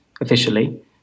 officially